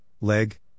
Leg